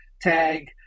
tag